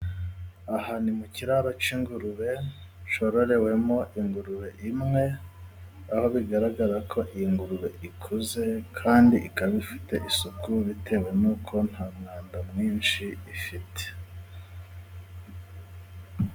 Aha ni mu kiraro cy'ingurube cyororewemo ingurube imwe aho bigaragara ko iyi ngurube ikuze kandi ikaba ifite isuku bitewe n'uko nta mwanda mwinshi ifite.